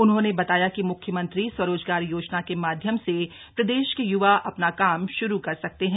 उन्होंने बताया कि मुख्यमंत्री स्वरोजगार योजना के माध्यम से प्रदेश के युवा अपना काम शुरू कर सकते हैं